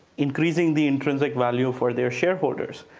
increasing the intrinsic value for their shareholders.